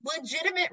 legitimate